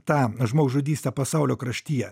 tą žmogžudystę pasaulio kraštyje